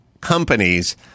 companies